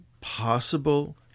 possible